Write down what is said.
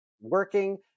working